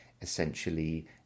essentially